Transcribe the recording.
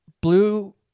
blue